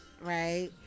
right